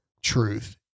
truth